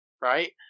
right